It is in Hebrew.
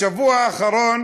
בשבוע האחרון